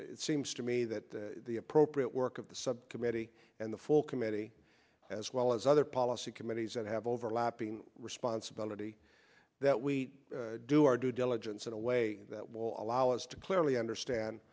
it seems to me that the appropriate work of the subcommittee and the full committee as well as other policy committees that have overlapping responsibility that we do our due diligence in a way that will allow us to clearly understand